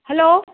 hello